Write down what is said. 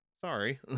Sorry